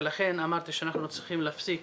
לכן אמרתי שאנחנו צריכים להפסיק